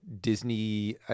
Disney